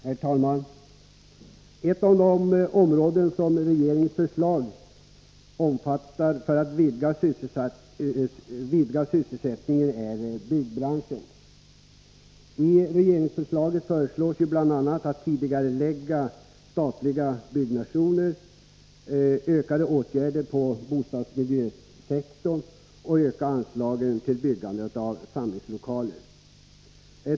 Herr talman! Ett av de områden som regeringens förslag för att vidga sysselsättningen omfattar är byggbranschen: I propositionen föreslås bl.a. tidigareläggning av statlig byggnation, ökade åtgärder på bostadsmiljösektorn och ökade anslag till byggandet av samlingslokaler.